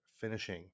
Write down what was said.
finishing